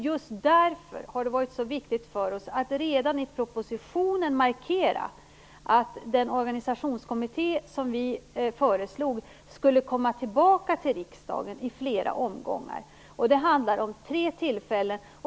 Just därför har det varit så viktigt för oss att redan i propositionen markera att den organisationskommitté som vi föreslog skulle komma tillbaka till riksdagen i flera omgångar. Det handlar om tre tillfällen.